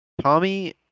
Tommy